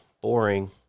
boring